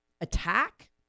attack